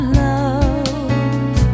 love